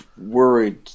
worried